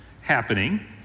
happening